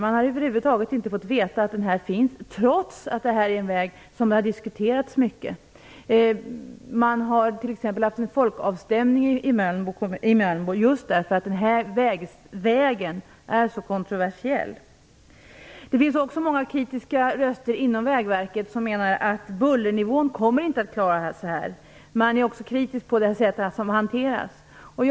Man har över huvud taget inte fått veta att den här finns, trots att det här är en väg som har diskuterats mycket. Man har t.ex. haft en folkavstämning i Mölnbo, eftersom den här vägen är så kontroversiell. Det finns också många kritiska röster inom Vägverket som menar att bullret inte kommer att kunna hållas på rätt nivå. Man är också kritisk mot det sätt som ärendet har hanterats på.